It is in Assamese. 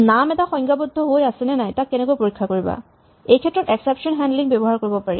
নাম এটা সংজ্ঞাবদ্ধ হৈ আছেনে নাই কেনেকৈ পৰীক্ষা কৰিবা এইক্ষেত্ৰত এক্সেপচন হেন্ডলিং ব্যৱহাৰ কৰিব পাৰি